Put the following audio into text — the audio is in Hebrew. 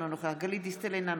אינו נוכח גלית דיסטל אטבריאן,